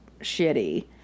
shitty